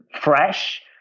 fresh